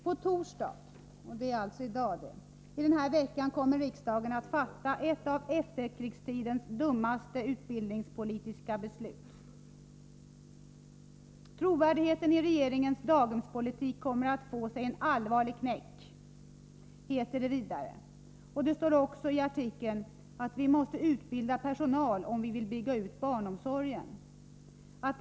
På torsdag i den här veckan kommer riksdagen att fatta ett av efterkrigstidens dummaste utbildningspolitiska beslut. Trovärdigheten i regeringens daghemspolitik kommer att få sig en allvarlig knäck.” Det står vidare i artikeln att ”vi måste utbilda personal om vi vill bygga ut barnomsorgen”.